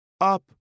Up